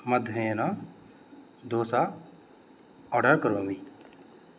माध्ये dosa order करोमि